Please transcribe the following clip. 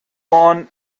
born